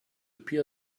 peer